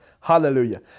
Hallelujah